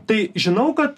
tai žinau kad